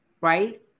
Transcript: right